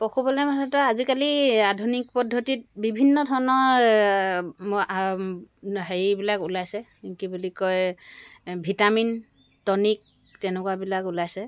আজিকালি আধুনিক পদ্ধতিত বিভিন্ন ধৰণৰ হেৰিবিলাক ওলাইছে কি বুলি কয় ভিটামিন টনিক তেনেকুৱাবিলাক ওলাইছে